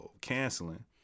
canceling